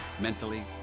mentally